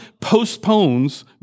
postpones